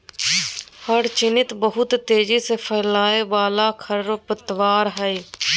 hyacinth बहुत तेजी से फैलय वाला खरपतवार हइ